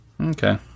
Okay